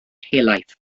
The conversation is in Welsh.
helaeth